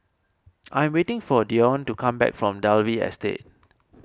I am waiting for Dione to come back from Dalvey Estate